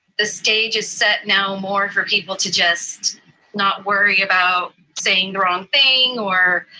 the stage is set now more for people to just not worry about saying the wrong thing or,